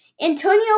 Antonio